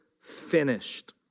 finished